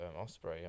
Osprey